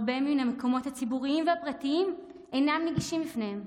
הרבה מן המקומות הציבוריים והפרטיים אינם נגישים בפניהם,